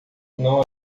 não